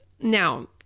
Now